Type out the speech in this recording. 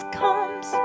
comes